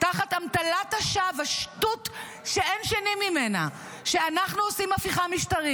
הצד שמבין שישראל השנייה גוברת עליו בקלפי,